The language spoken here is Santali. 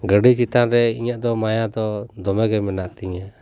ᱜᱟᱹᱰᱤ ᱪᱮᱛᱟᱱ ᱨᱮ ᱤᱧᱟᱹᱜ ᱫᱚ ᱢᱟᱭᱟ ᱫᱚ ᱫᱚᱢᱮ ᱜᱮ ᱢᱮᱱᱟᱜ ᱛᱤᱧᱟᱹ